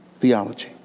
theology